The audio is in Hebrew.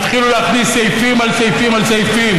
התחילו להכניס סעיפים על סעיפים על סעיפים,